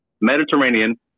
Mediterranean